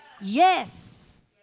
Yes